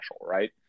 right